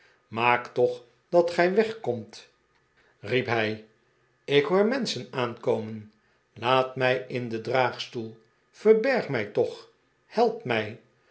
maakt toch dat gij wegkomt riep hijwinkle's leven wordt bedreigd ik hoor menschen aankomen laat mij in de draagkoets verbergt mij toch helpt mij